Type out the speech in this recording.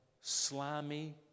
slimy